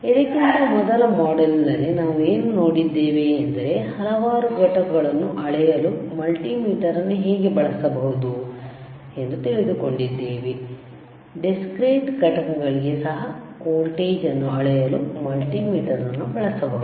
ಇದಕ್ಕಿಂತ ಮೊದಲ ಮಾಡ್ಯೂಲ್ನಲ್ಲಿ ನಾವು ಏನು ನೋಡಿದ್ದೇವೆ ಎಂದರೆ ಹಲವಾರು ಘಟಕಗಳನ್ನು ಅಳೆಯಲು ಮಲ್ಟಿಮೀಟರ್ ಅನ್ನು ಹೇಗೆ ಬಳಸಬಹುದು ತಿಳಿದುಕೊಂಡಿದ್ದೇವೆ ಡಿಸ್ಕ್ರೀಟ್ ಘಟಕಗಳಿಗೆ ಸಹ ವೋಲ್ಟೇಜ್ ಅನ್ನು ಅಳೆಯಲು ಮಲ್ಟಿಮೀಟರ್ ಅನ್ನು ಬಳಸಬಹುದು